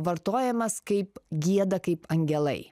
vartojamas kaip gieda kaip angelai